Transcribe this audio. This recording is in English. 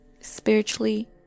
spiritually